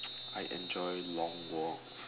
I enjoy long walks